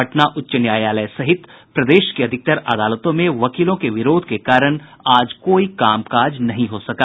पटना उच्च न्यायालय सहित प्रदेश की अधिकतर अदालतों में वकीलों के विरोध के कारण आज कोई कामकाज नहीं हो सका